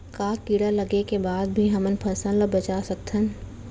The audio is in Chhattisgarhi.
का कीड़ा लगे के बाद भी हमन फसल ल बचा सकथन?